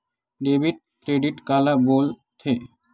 Debit credit काला बोल थे?